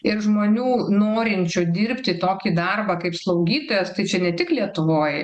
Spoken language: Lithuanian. ir žmonių norinčių dirbti tokį darbą kaip slaugytojas tai čia ne tik lietuvoj